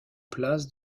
place